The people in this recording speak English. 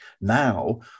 now